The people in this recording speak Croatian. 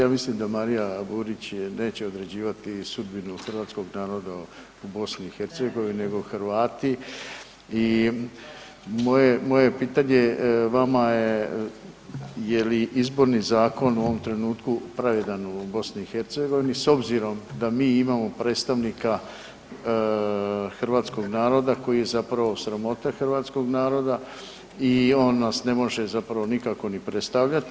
Ja mislim da Marija Borić neće određivati sudbinu Hrvatskog naroda u BiH, nego Hrvati i moje pitanje vama je je li Izborni zakon u ovom trenutku pravedan u BiH s obzirom da mi imamo predstavnika Hrvatskog naroda koji je zapravo sramota Hrvatskog naroda i on nas ne može zapravo nikako ni predstavljati.